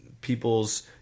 people's